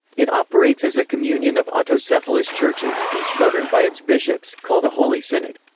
it operates as a communion of autocephalous churches, each governed by its bishops, called a holy synod.